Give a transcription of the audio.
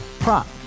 Prop